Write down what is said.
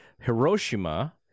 Hiroshima